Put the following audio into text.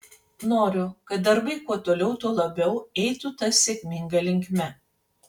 noriu kad darbai kuo toliau tuo labiau eitų ta sėkminga linkme